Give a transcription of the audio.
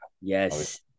yes